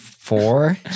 Four